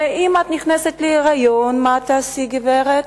ואם את נכנסת להיריון, מה תעשי, גברת?